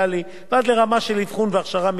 לרמה של אבחון והכשרה מקצועית תעסוקתית.